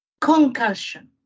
concussion